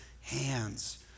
hands